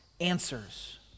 answers